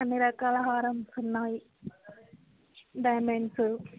అన్నీ రకాల హారమ్స్ ఉన్నాయి డైమండ్స్